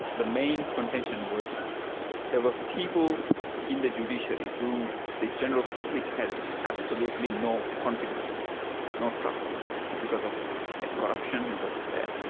the main contention was there were people in the judiciary whom the general public had absolutely no confidence in nor trust in because of their corruption, because of their,